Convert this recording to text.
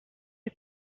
you